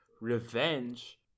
revenge